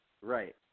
Right